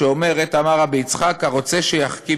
שבה נאמר: "אמר רבי יצחק: הרוצה שיחכים,